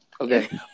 Okay